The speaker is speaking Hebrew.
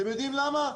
אתם יודעים למה?